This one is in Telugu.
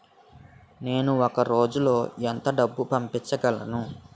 నేను ఒక రోజులో ఎంత డబ్బు పంపించగలను?